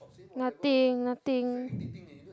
nothing nothing